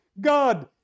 God